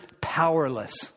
powerless